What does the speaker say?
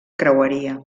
creueria